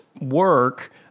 work